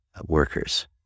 workers